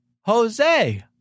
Jose